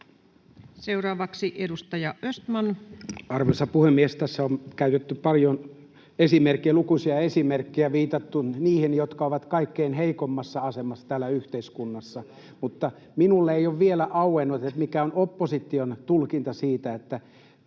Time: 15:28 Content: Arvoisa puhemies! Tässä on käytetty paljon esimerkkejä, lukuisia esimerkkejä, ja viitattu niihin, jotka ovat kaikkein heikoimmassa asemassa täällä yhteiskunnassa. Mutta minulle ei ole vielä auennut, mikä on opposition tulkinta siitä, mikä